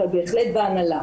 אבל בהחלט בהנהלה.